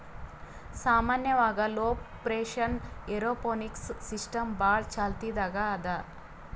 ಸಾಮಾನ್ಯವಾಗ್ low pressure aeroponics system ಭಾಳ್ ಚಾಲ್ತಿದಾಗ್ ಅದಾ